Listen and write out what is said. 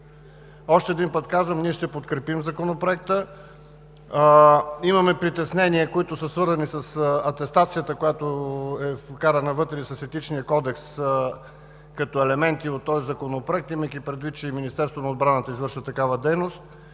Още един път казвам: ние ще подкрепим Законопроекта. Имаме притеснения, свързани с атестацията, която е вкарана вътре, и с Етичния кодекс като елементи от този законопроект. Имайки предвид, че и Министерството на отбраната извършва такава дейност,